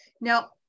Now